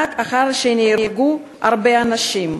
רק אחר שנהרגו הרבה אנשים?